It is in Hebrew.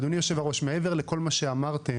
אדוני היושב-ראש, מעבר לכל מה שאמרתם.